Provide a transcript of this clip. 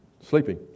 sleeping